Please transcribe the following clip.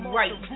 right